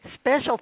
Special